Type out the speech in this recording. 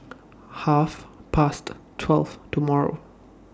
Half Past twelve tomorrow